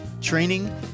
training